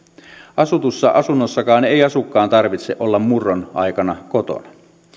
asutussa asunnossakaan ei asukkaan tarvitse olla murron aikana kotona